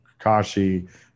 kakashi